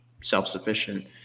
self-sufficient